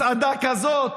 מסעדה כזאת,